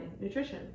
nutrition